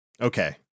Okay